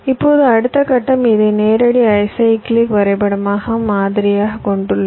இப்போது அடுத்த கட்டம் இதை நேரடி அசைக்ளிக் வரைபடமாக மாதிரியாகக் கொண்டுள்ளது